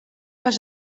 was